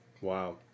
Wow